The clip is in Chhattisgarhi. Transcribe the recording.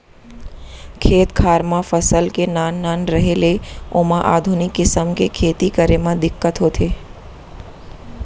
खेत खार म फसल के नान नान रहें ले ओमा आधुनिक किसम के खेती करे म दिक्कत होथे